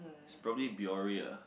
it's probably Biore [ah]>